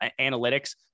analytics